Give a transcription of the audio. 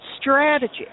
strategy